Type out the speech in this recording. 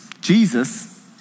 Jesus